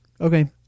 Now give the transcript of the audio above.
Okay